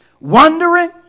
wondering